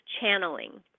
channeling